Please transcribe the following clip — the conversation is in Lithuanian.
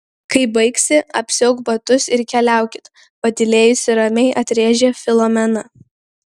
kai baigsi apsiauk batus ir keliaukit patylėjusi ramiai atrėžė filomena